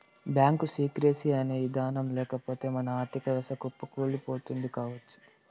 bank secrecy అనే ఇదానం లేకపోతె మన ఆర్ధిక వ్యవస్థ కుప్పకూలిపోతుంది కావచ్చు